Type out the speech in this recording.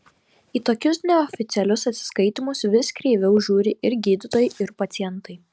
į tokius neoficialius atsiskaitymus vis kreiviau žiūri ir gydytojai ir pacientai